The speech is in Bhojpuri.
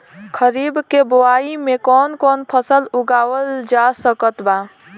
खरीब के बोआई मे कौन कौन फसल उगावाल जा सकत बा?